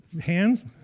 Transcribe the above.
Hands